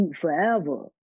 forever